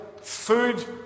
food